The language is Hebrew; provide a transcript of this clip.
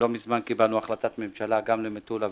לא מזמן נתקבלה החלטת ממשלה גם לגבי מטולה,